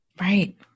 Right